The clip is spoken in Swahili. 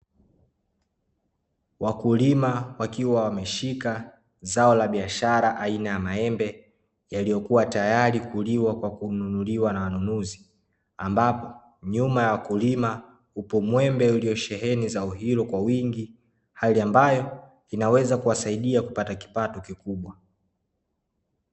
Wakulima wakiwa wameshika zao la biashara aina ya maembe, yaliyokuwa tayari kuliwa kwa kununuliwa na wanunuzi ambapo, nyuma ya wakulima upo mwembe uliosheheni zao hilo kwa wingi, hali ambayo inaweza kuwasaidia kupata kipato kikubwa.